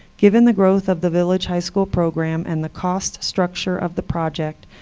given the growth of the village high school program and the cost structure of the project,